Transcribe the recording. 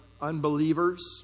unbelievers